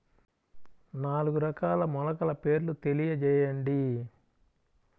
నాలుగు రకాల మొలకల పేర్లు తెలియజేయండి?